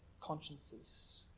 consciences